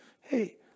hey